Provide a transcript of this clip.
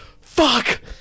Fuck